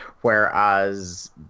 whereas